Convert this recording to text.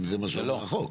אם זה מה שאומר החוק.